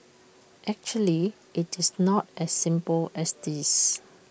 actually IT is not as simple as this